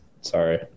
Sorry